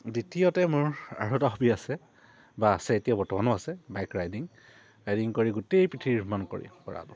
দ্বিতীয়তে মোৰ আৰু এটা হবী আছে বা আছে এতিয়া বৰ্তমানো আছে বাইক ৰাইডিং ৰাইডিং কৰি গোটেই পৃথিৱীৰ ভ্ৰমণ কৰি কৰাটো